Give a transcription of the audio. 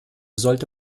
sollte